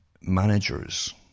managers